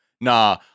Nah